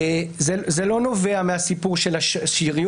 זה לא נובע מהסיפור של השריון,